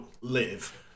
live